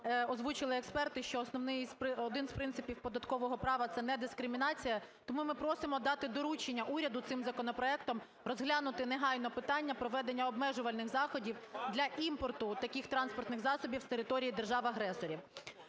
озвучили експерти, що основний один з принципів податкового права – це не дискримінація, тому ми просимо дати доручення уряду цим законопроектом розглянути негайно питання проведення обмежувальних заходів для імпорту таких транспортних засобів з території держав-агресорів,